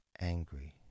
Angry